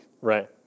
Right